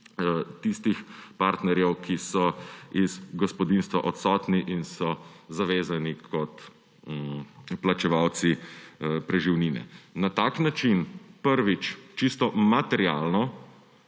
tistih partnerjev, ki so iz gospodinjstva odsotni in so zavezani kot plačevalci preživnine. Na tak način, prvič, čisto materialno